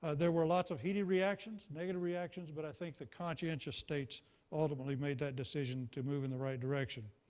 ah there were lots of heated reactions, negative reactions, but i think the conscientious states ultimately made that decision to move in the right direction.